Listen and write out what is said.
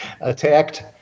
attacked